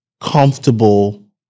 comfortable